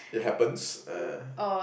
it happens uh